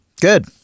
Good